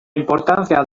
importancia